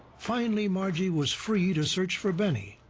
finally, margie was free to search for benny.